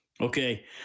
Okay